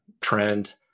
trend